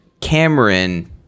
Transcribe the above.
Cameron